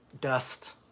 dust